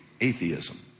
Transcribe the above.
atheism